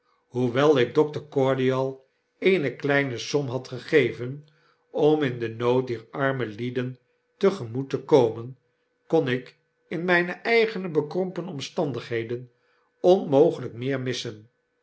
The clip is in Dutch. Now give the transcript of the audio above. hoewel ik dokter cordial eene kleine som hadgegeven om in den nood dier arme lieden tegemoet te komen kon ik in mijne eigene bekrompen omstandigheden onmogelyk meer missen